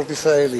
פספורט ישראלי.